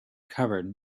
covered